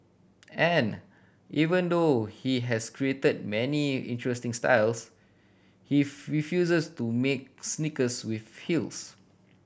and even though he has created many interesting styles he refuses to make sneakers with feels